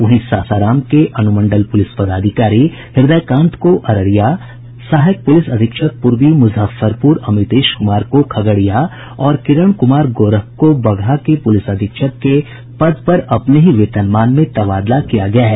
वहीं सासाराम के अनुमंडल पुलिस पदाधिकारी हृदयकांत को अररिया सहायक पुलिस अधीक्षक पूर्वी मुजफ्फरपुर अमितेश कुमार को खगड़िया और किरण कुमार गोरख को बगहा के पुलिस अधीक्षक के पद पर अपने ही वेतनमान में तबादला किया गया है